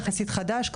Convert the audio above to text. יחסית חדש,